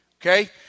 Okay